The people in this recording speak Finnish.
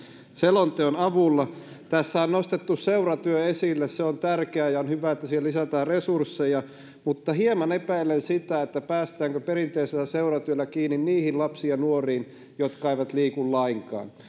selonteon avulla tässä on nostettu seuratyö esille se on tärkeää ja on hyvä että siihen lisätään resursseja mutta hieman epäilen sitä päästäänkö perinteisellä seuratyöllä kiinni niihin lapsiin ja nuoriin jotka eivät liiku lainkaan